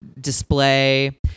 display